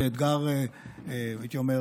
הייתי אומר